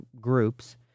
groups